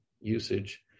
usage